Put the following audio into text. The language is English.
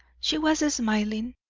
she was smiling,